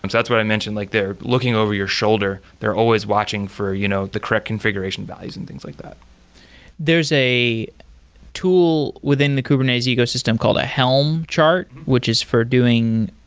um that's why i mentioned, like they're looking over your shoulder, they're always watching for you know the correct configuration values and things like that there's a tool within the kubernetes ecosystem called a helm chart, which is for doing,